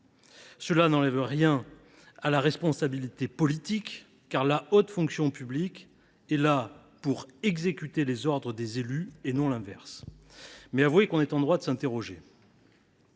n’enlève rien à la responsabilité politique, car la haute fonction publique est là pour exécuter les ordres des élus et non l’inverse. Mais avouez que l’on est en droit de s’interroger.